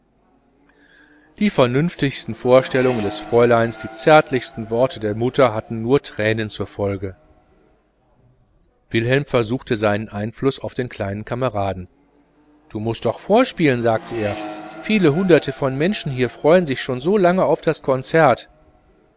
die vernünftigen vorstellungen des fräuleins die zärtlichen worte der mutter hatten nur tränen zur folge wilhelm versuchte seinen einfluß auf den kleinen kameraden du mußt doch vorspielen sagte er viele hunderte von menschen hier freuen sich schon so lange auf das konzert